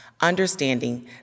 understanding